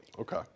Okay